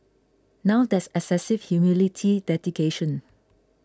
now that's excessive humility dedication